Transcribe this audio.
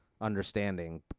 understanding